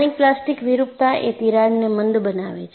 સ્થાનિક પ્લાસ્ટિક વિરૂપતા એ તિરાડને મંદ બનાવે છે